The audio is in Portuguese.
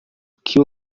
que